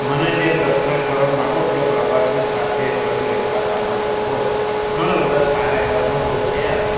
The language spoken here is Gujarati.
મને જે પ્રશ્ન કરવામાં આવ્યો કે પ્રવાસી સાથે થયેલો એકાદ અનોખો ભવ ઘણા બધા સારા એવા અનુભવ થયા